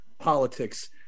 politics